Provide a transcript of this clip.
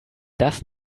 das